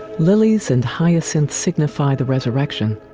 lilies and hyacinths signify the resurrection,